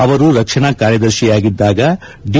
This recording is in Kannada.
ಅವರು ರಕ್ಷಣಾ ಕಾರ್ಯದರ್ಶಿಯಾಗಿದ್ದಾಗ ದಿ